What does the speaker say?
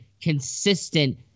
consistent